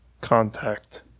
contact